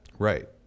Right